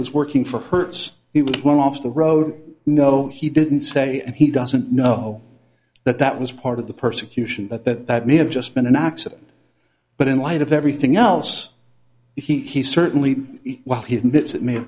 was working for hertz he was well off the road no he didn't say and he doesn't know that that was part of the persecution but that may have just been an accident but in light of everything else he certainly while he admits it may have